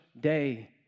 day